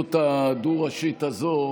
במציאות הדו-ראשית הזאת,